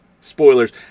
spoilers